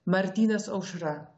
martynas aušra